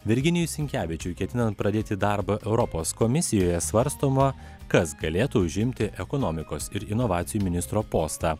virginijui sinkevičiui ketinant pradėti darbą europos komisijoje svarstoma kas galėtų užimti ekonomikos ir inovacijų ministro postą